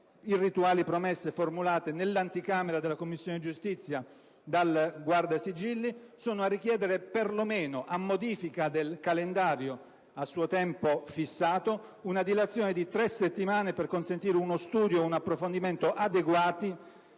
del testo formulate nell'anticamera della Commissione giustizia dal Guardasigilli. Sono pertanto qui a richiedere, perlomeno a modifica del calendario a suo tempo fissato, una dilazione di tre settimane, per consentire uno studio e un approfondimento adeguati